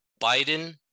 Biden